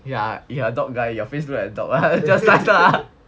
ya you are a dog guy your face look like a dog